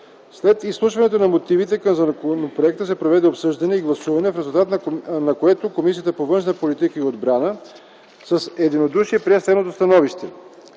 След изслушването на мотивите към законопроекта се проведе обсъждане и гласуване, в резултат на което Комисията по външна политика и отбрана с единодушие прие следното становище: